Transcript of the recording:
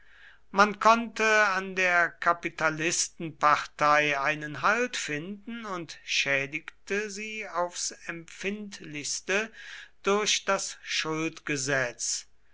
man konnte an der kapitalistenpartei einen halt finden und schädigte sie aufs empfindlichste durch das